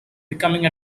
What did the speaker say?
becoming